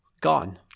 gone